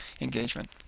engagement